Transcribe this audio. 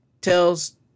tells